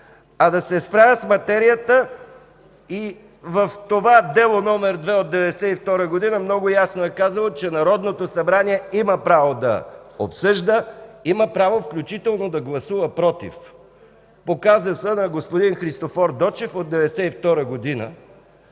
а да се справя с материята и в това Дело № 2 от 1992 г. много ясно е казано, че Народното събрание има право да обсъжда, има право включително да гласува „против” по казуса на господин Христофор Дочев от 1992 г.